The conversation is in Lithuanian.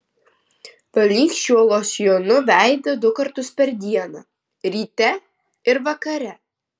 valyk šiuo losjonu veidą du kartus per dieną ryte ir vakare